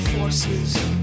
Forces